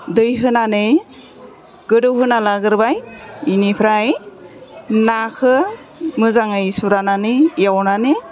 दै होनानै गोदौहोना लाग्रोबाय बेनिफ्राय नाखौ मोजाङै सुस्रानानै एवनानै